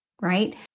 right